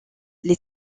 les